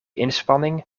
inspanning